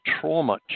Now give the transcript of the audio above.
trauma